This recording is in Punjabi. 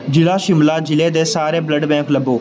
ਜ਼ਿਲ੍ਹਾ ਸ਼ਿਮਲਾ ਜ਼ਿਲ੍ਹੇ ਦੇ ਸਾਰੇ ਬਲੱਡ ਬੈਂਕ ਲੱਭੋ